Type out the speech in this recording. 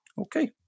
Okay